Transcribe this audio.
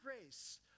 grace